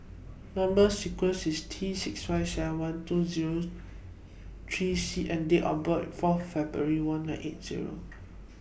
Number sequence IS T six five seven two Zero three C and Date of birth IS four February one nine eight Zero